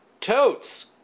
totes